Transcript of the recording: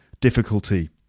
difficulty